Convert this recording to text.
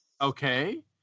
Okay